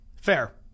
Fair